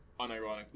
unironically